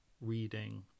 reading